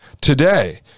today